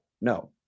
No